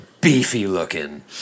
beefy-looking